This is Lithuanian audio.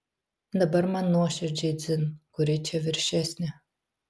dabar man nuoširdžiai dzin kuri čia viršesnė